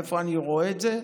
איפה אני רואה את זה?